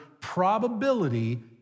probability